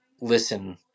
listen